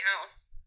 house